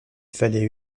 fallait